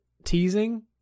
teasing